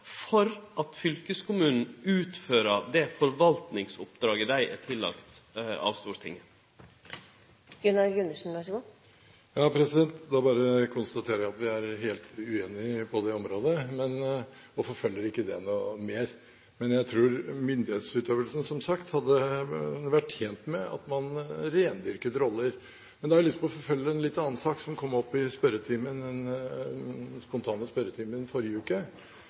for at fylkeskommunen utfører det forvaltningsoppdraget han er pålagd av Stortinget. Da bare konstaterer jeg at vi er helt uenige på dette området, og forfølger ikke det noe mer. Men jeg tror, som sagt, at myndighetsutøvelsen hadde vært tjent med at man rendyrket roller. Men jeg har lyst til å forfølge en litt annen sak, som kom opp i den spontane spørretimen i forrige uke.